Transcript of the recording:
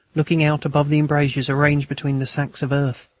looking out above the embrasures arranged between the sacks of earth.